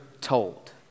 told